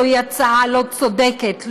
היא הצעה לא צודקת,